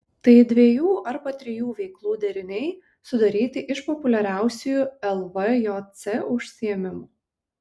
tai dviejų arba trijų veiklų deriniai sudaryti iš populiariausių lvjc užsiėmimų